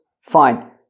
fine